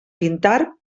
pintar